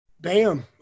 Bam